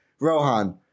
Rohan